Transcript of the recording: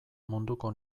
munduko